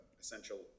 essential